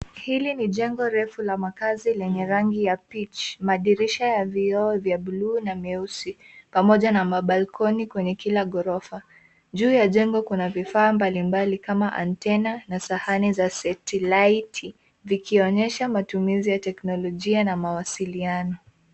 Hili ni jengo refu la makazi lenye rangi ya peach , madirisha ya vioo vya ya bluu na meusi pamoja na mabalkoni kwenye kila ghorofa. Juu ya jengo kuna vifaa mbali mbali kama: antenna na sahani za satellite , vikionyesha matumizi ya teknolojia na mawasiliano.